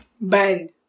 Band